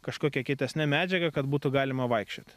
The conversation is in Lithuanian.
kažkokia kietesne medžiaga kad būtų galima vaikščioti